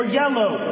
yellow